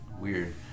weird